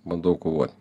bandau kovot